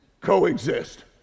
Coexist